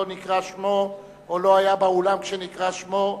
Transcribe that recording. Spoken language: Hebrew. נקרא שמו או לא היה באולם כשנקרא שמו?